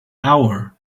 hour